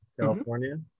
California